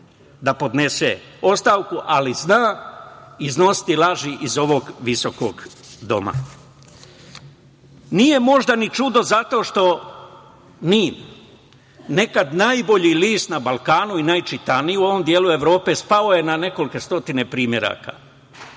da podnese ostavku, ali zna iznositi laži iz ovog visokog doma. Nije možda ni čudo zato što „NIN“, nekada najbolji list na Balkanu i najčitaniji na ovom delu Evropu spao je na nekoliko stotina primeraka.